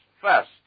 First